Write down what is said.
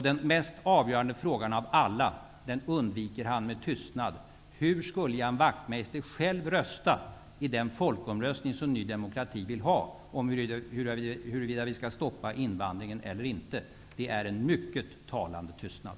Den mest avgörande frågan av alla undviker han med tystnad: Hur skulle Ian Wachtmeister själv rösta i den folkomröstning som Ny demokrati vill ha om huruvida vi skall stoppa invandringen eller inte? Det är en mycket talande tystnad.